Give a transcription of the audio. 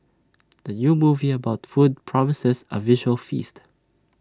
the new movie about food promises A visual feast